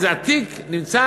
אז התיק נמצא